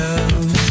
love